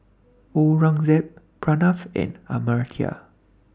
Aurangzeb Pranav and Amartya